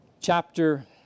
chapter